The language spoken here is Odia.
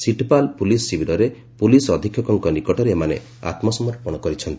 ଚିଟ୍ପାଲ୍ ପୁଲିସ୍ ଶିବିରରେ ପୁଲିସ୍ ଅଧୀକ୍ଷକଙ୍କ ନିକଟରେ ଏମାନେ ଆତ୍ମସମର୍ପଣ କରିଛନ୍ତି